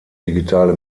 digitale